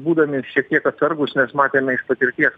būdami šiek tiek atsargūs nes matėme iš patirties